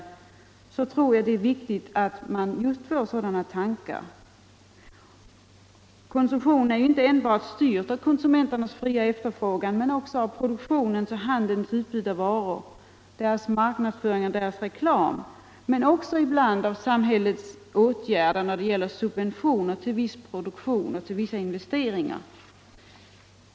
Just i ett sammanhang som detta tror jag det är viktigt att betona sådana tankar. Konsumtionen är ju inte styrd enbart av konsumenternas fria efterfrågan utan också av produktionens och handelns utbud av varor, av deras marknadsföring och reklam och ibland av samhällets åtgärder när det gäller subventioner till viss produktion och vissa investeringar.